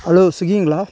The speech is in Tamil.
ஹலோ ஸ்விகிங்களா